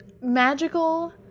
magical